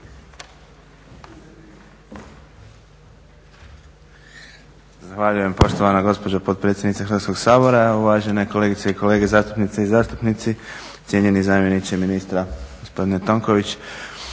Zahvaljujem poštovana gospođo potpredsjednice Hrvatskog sabora, uvažene kolegice i kolege, zastupnice i zastupnici, cijenjeni zamjeniče ministra gospodine Tonković.